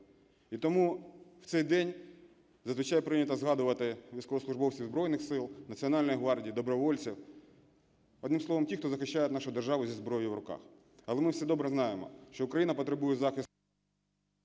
І тому в цей день зазвичай прийнято згадувати військовослужбовців Збройних Сил, Національної гвардії, добровольців, одним словом, тих, хто захищає нашу державу зі зброєю в руках. Але ми всі добре знаємо, що Україна потребує захисту…